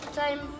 time